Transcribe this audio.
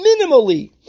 minimally